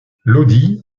lodi